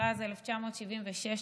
התשל"ז 1976,